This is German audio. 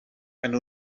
ein